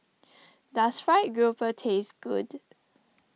does Fried Grouper taste good